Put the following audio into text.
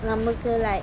நமக்கு:namakku like